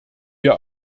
wir